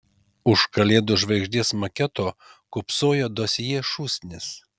už kalėdų žvaigždės maketo kūpsojo dosjė šūsnis